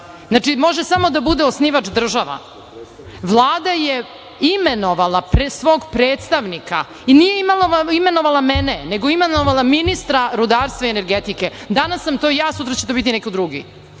čega? Može samo da bude osnivač država. Vlada je imenovala svog predstavnika i nije imenovala mene, nego je imenovala ministra rudarstva i energetike. Danas sam to ja, sutra će to biti neko drugi. Znači,